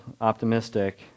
optimistic